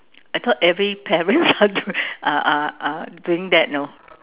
I thought every parents are doing are are doing that you know